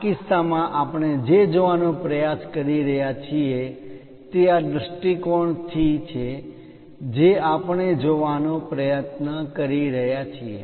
આ કિસ્સામાં આપણે જે જોવાનો પ્રયાસ કરી રહ્યા છીએ તે આ દૃષ્ટિકોણથી છે જે આપણે જોવાનો પ્રયત્ન કરી રહ્યા છીએ